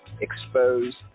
Exposed